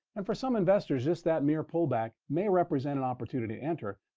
and for some investors, just that mere pullback may represent an opportunity to enter.